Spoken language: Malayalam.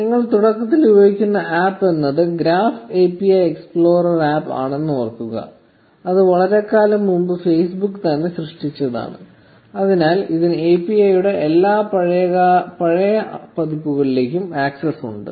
നിങ്ങൾ തുടക്കത്തിൽ ഉപയോഗിക്കുന്ന APP എന്നത് ഗ്രാഫ് API എക്സ്പ്ലോറർ APP ആണെന്ന് ഓർക്കുക അത് വളരെക്കാലം മുമ്പ് Facebook തന്നെ സൃഷ്ടിച്ചതാണ് അതിനാൽ ഇതിന് API യുടെ എല്ലാ പഴയ പതിപ്പുകളിലേക്കും ആക്സസ് ഉണ്ട്